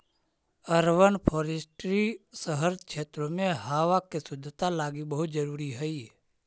urban forestry शहरी क्षेत्रों में हावा के शुद्धता लागी बहुत जरूरी हई